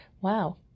Wow